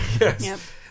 Yes